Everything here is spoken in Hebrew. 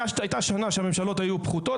הייתה שנה שהממשלות נתנו פחות,